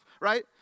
right